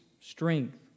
strength